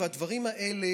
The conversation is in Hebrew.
והדברים האלה,